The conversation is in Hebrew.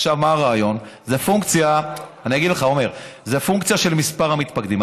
אני אגיד לך, עמר, זה פונקציה של מספר המתפקדים.